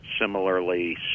similarly